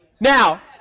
Now